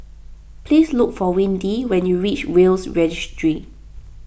please look for Windy when you reach Will's Registry